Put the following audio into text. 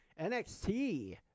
NXT